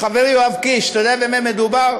חברי יואב קיש, אתה יודע במה מדובר?